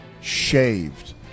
Shaved